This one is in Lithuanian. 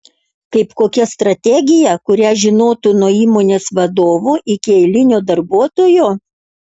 kaip kokia strategija kurią žinotų nuo įmonės vadovo iki eilinio darbuotojo